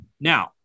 Now